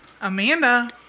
Amanda